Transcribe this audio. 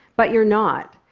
but you're not.